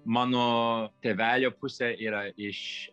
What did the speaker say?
mano tėvelio pusė yra iš